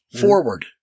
forward